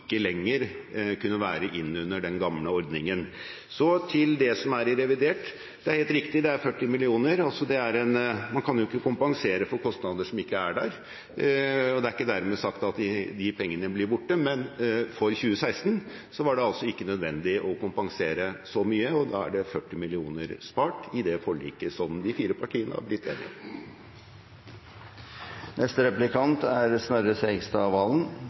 lenger kunne være under den gamle ordningen. Så til det som er i revidert: Det er helt riktig, det er 40 mill. kr. Man kan jo ikke kompensere for kostnader som ikke er der. Det er ikke dermed sagt at de pengene blir borte, men for 2016 var det altså ikke nødvendig å kompensere så mye, og da er det 40 mill. kr spart i det forliket som de fire partiene har blitt enige om. Den 5. september 2013 sa Per Sandberg, som er